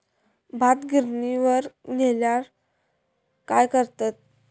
भात गिर्निवर नेल्यार काय करतत?